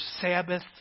Sabbath